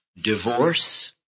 Divorce